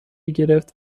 گرفت